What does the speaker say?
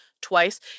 twice